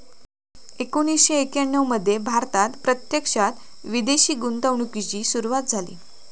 एकोणीसशे एक्याण्णव मध्ये भारतात प्रत्यक्षात विदेशी गुंतवणूकीची सुरूवात झाली